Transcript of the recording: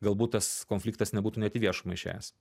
galbūt tas konfliktas nebūtų net į viešumą išėjęs